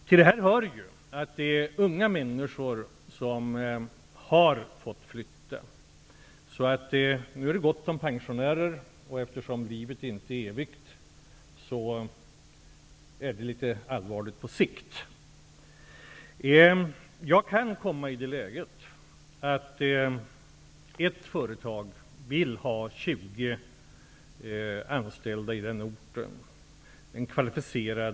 Till detta hör att det är unga människor som har fått flytta. Nu är det alltså gott om pensionärer. Eftersom livet inte är evigt blir det här litet allvarligt på sikt. Jag kan hamna i det läget att ett kvalificerat tjänsteföretag vill ha 20 anställda på en ort.